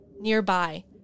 Nearby